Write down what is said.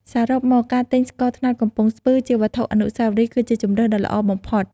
សរុបមក ការទិញស្ករត្នោតកំពង់ស្ពឺជាវត្ថុអនុស្សាវរីយ៍គឺជាជម្រើសដ៏ល្អបំផុត។